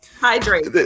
hydrate